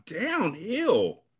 downhill